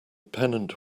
pennant